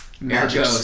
Magic